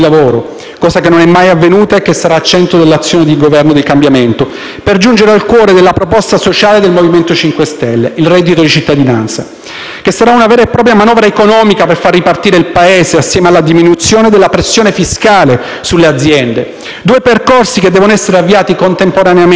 cosa che non è mai avvenuta e che sarà al centro dell'azione del Governo del cambiamento, e poi giungere al cuore della proposta sociale del MoVimento 5 Stelle: il reddito di cittadinanza, che sarà una vera e propria manovra economica per far ripartire il Paese insieme alla diminuzione della pressione fiscale sulle aziende; due percorsi che devono essere avviati contemporaneamente per